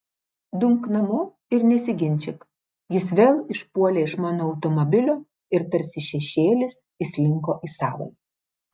dumk namo ir nesiginčyk jis vėl išpuolė iš mano automobilio ir tarsi šešėlis įslinko į savąjį